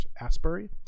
Asbury